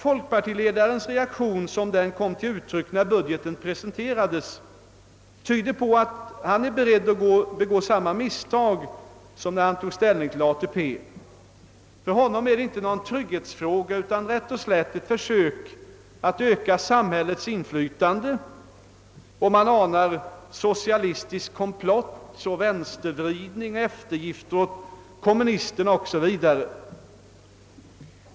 Folkpartiledarens reaktion sådan den kom till uttryck när budgeten presenterades tyder på att han är beredd att begå samma misstag som när han tog ställning i ATP-frågan. För honom är fonden inte någon trygghetsfråga utan rätt och slätt ett försök att öka samhällets inflytande. Han ser i den en socialistisk komplott, en vänstervridning, en eftergift åt kommunisterna 0o. s. Vv.